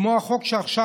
כמו החוק מעכשיו,